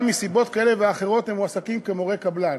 אבל מסיבות כאלה ואחרות הם מועסקים כמורי קבלן.